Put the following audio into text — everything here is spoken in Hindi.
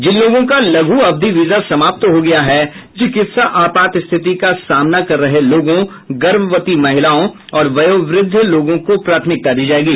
जिन लोगों का लघु अवधि वीजा समाप्त हो गया है चिकित्सा आपात स्थिति का सामना कर रहे लोगों गर्भवती महिलाओं और वयोवृद्ध लोगों को प्राथमिकता दी जाएगी